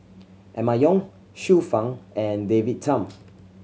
Emma Yong Xiu Fang and David Tham